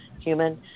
human